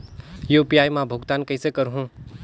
UPI मा भुगतान कइसे करहूं?